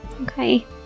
Okay